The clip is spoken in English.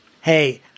Hey